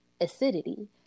acidity